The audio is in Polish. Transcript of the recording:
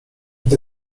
gdy